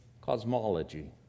cosmology